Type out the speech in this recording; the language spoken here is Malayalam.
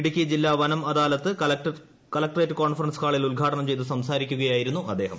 ഇടുക്കി ജില്ലാ വനം അദാലത്ത് കളക്ടറേറ്റ് കോൺഫറൻസ് ഹാളിൽ ഉദ്ഘാടനം ചെയ്തു സംസാരിക്കുകയായിരുന്നു അദ്ദേഹം